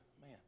man